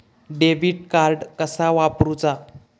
Debit card कसा वापरुचा?